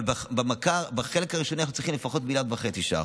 אבל בחלק השני אנחנו צריכים לפחות 1.5 מיליארד ש"ח,